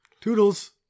Toodles